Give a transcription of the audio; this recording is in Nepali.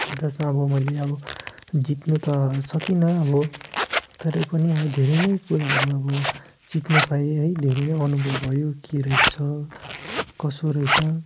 जसमा अब मैले अब जित्नु त सकिनँ अब तरै पनि अब धेरै नै कुराहरू अब सिक्न पाएँ है धेरै नै अनुभव भयो के रहेछ कसो रहेछ